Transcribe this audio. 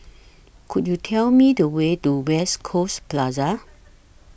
Could YOU Tell Me The Way to West Coast Plaza